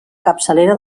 capçalera